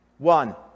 One